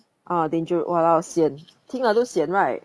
ah danger~ !walao! sian 听了都 sian right